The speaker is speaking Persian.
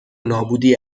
نابودی